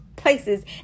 places